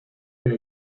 que